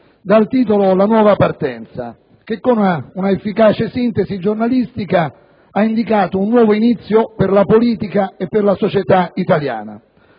dal titolo «La nuova partenza», che, con un efficace sintesi giornalistica, ha indicato un nuovo inizio per la politica e la società italiana.